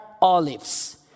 olives